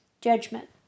judgment